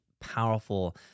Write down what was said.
powerful